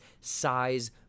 size